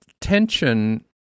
tension